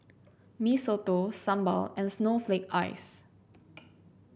Mee Soto Sambal and Snowflake Ice